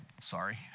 Sorry